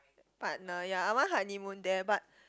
partner ya I want honeymoon there but